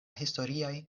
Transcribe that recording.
historiaj